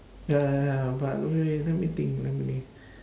ya ya ya but wait wait let me think let me think